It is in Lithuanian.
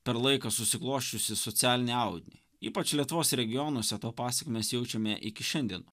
per laiką susiklosčiusį socialinį audinį ypač lietuvos regionuose to pasekmes jaučiame iki šiandien